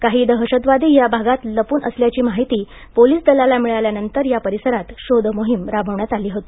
काही दहशतवादी या भागांत लपून असल्यांची माहिती पोलीस दलाला मिळाल्यानंतर या परिसरांत शोधमोहीम राबवण्यात आली होती